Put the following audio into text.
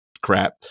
crap